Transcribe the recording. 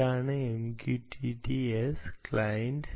ഇതാണ് MQTT S client